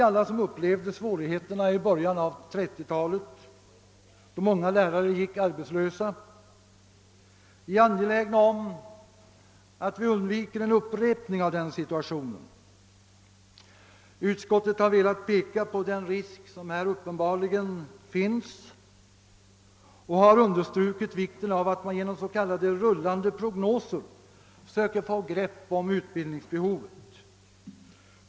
Alla som upplevde svårigheterna i början av 1930-talet, då många lärare gick arbetslösa, är angelägna om att undvika en upprepning av den situationen. Utskottet har också velat peka på den risk som här uppenbarligen finns och har understrukit vikten av att man genom s.k. rullande prognoser försöker skaffa sig ett grepp om utbildningsbehovet.